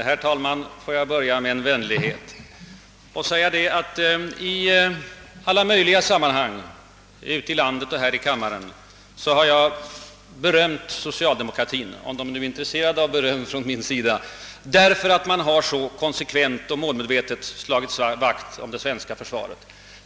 Herr talman! Låt mig börja med en vänlighet. I alla möjliga sammanhang har jag ute i landet och här i kammaren berömt socialdemokraterna — om de nu är intresserade av beröm från min sida — därför att de så konsekvent och målmedvetet slagit vakt om det svenska försvaret.